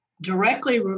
directly